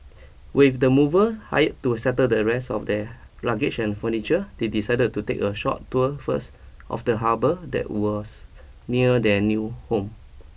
with the mover hired to settle the rest of their luggage and furniture they decided to take a short tour first of the harbour that was near their new home